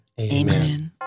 Amen